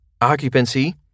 Occupancy